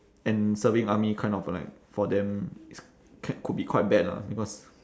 and serving army kind of like for them is can could be quite bad lah because